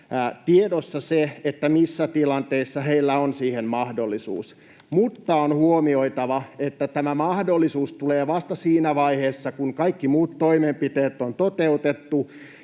tiedossa se, missä tilanteissa heillä on siihen mahdollisuus. Mutta on huomioitava, että tämä mahdollisuus tulee vasta siinä vaiheessa, kun kaikki muut toimenpiteet on toteutettu